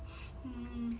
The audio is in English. hmm